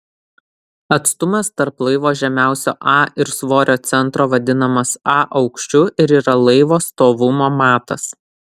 atstumas tarp laivo žemiausio a ir svorio centro vadinamas a aukščiu ir yra laivo stovumo matas